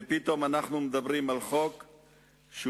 ופתאום אנחנו מדברים על חוק לשנתיים,